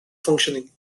functioning